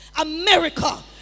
America